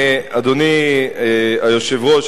אדוני היושב-ראש,